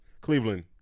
Cleveland